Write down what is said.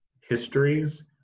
histories